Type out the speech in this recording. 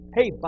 Hey